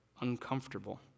uncomfortable